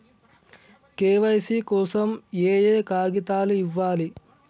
KYC కోసం ఏయే కాగితాలు ఇవ్వాలి?